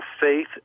faith